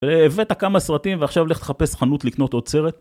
אה, הבאת כמה סרטים ועכשיו לך תחפש חנות לקנות עוד סרט?